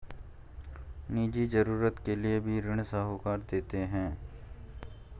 निजी जरूरत के लिए भी ऋण साहूकार देते हैं